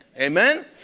Amen